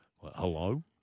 Hello